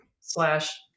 slash